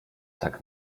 tak